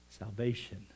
Salvation